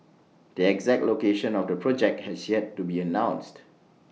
the exact location of the project has yet to be announced